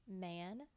Man